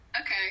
Okay